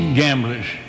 gamblers